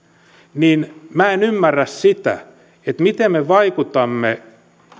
niin minä en ymmärrä sitä miten me vaikutamme